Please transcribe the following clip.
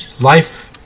life